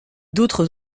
d’autres